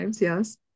Yes